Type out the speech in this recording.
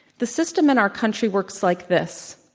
the system in our country works like this.